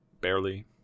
barely